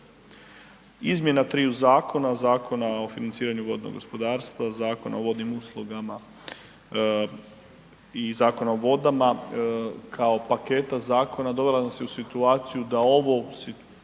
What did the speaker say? Izmjena triju zakona, Zakona o financiranju vodnog gospodarstva, Zakona o vodnim uslugama i Zakona o vodama, kao paketa zakona dovela nas je u situaciju da ovo